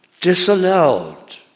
disallowed